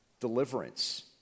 deliverance